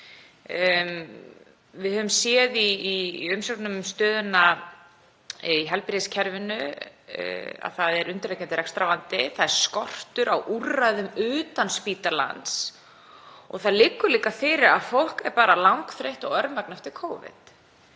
Við höfum séð í umsögnum um stöðuna í heilbrigðiskerfinu að það er undirliggjandi rekstrarvandi. Það er skortur á úrræðum utan spítalans. Það liggur líka fyrir að fólk er bara langþreytt og örmagna eftir Covid.